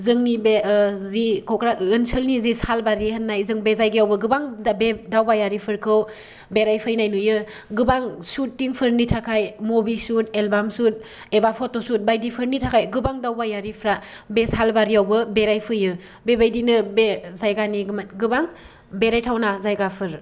जोंनि बे आनसोलनि सालबारि होननाय जों बे जायगायावबो गोबां दावबायारिफोरखौ बेरायफैनाय नुयो गोबां सुथिंफोरनि थाखाय मुभि शुट एलबाम शुट एबा फट' शुट बायदिफोरनि थाखाय गोबां दावबायारिफ्रा बे सालबारियावबो बेरायफैयो बेबायदिनो बे जायगानि गोबां बेरायथावना जायगाफोर